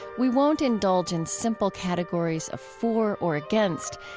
we won't indulge in simple categories of for or against.